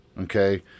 okay